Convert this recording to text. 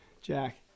Jack